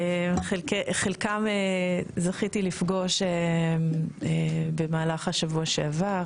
חלקם זכיתי לפגוש במהלך השבוע שעבר,